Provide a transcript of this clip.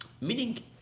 Meaning